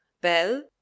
bell